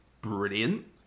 Brilliant